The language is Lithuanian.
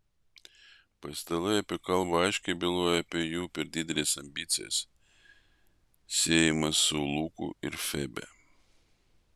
paistalai apie kalbą aiškiai byloja apie jų per dideles ambicijas siejamas su luku ir febe